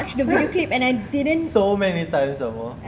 so many times some more